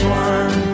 one